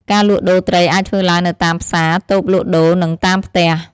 ការលក់ដូរត្រីអាចធ្វើឡើងនៅតាម ផ្សារ តូបលក់ដូរ និង តាមផ្ទះ។